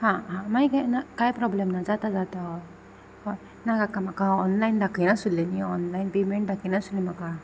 हा हा मागीर ना कांय प्रोब्लम ना जाता जाता हय हय ना काका म्हाका ऑनलायन दाखयनाशिल्लें न्ही ऑनलायन पेमेंट दाखयनासलो म्हाका